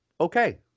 okay